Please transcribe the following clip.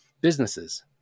businesses